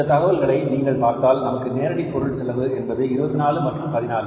இந்த தகவல்களை நீங்கள் பார்த்தால் நமக்கு நேரடி பொருள் செலவு என்பது 24 மற்றும் 14